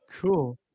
Cool